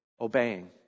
obeying